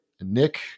Nick